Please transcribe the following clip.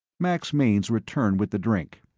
max mainz returned with the drink.